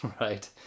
right